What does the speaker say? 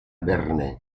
verne